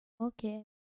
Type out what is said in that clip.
Okay